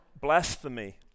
blasphemy